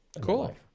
cool